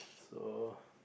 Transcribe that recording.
so